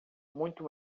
muito